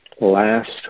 last